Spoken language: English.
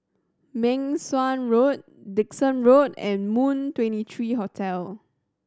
Meng Suan Road Dickson Road and Moon Twenty three Hotel